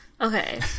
Okay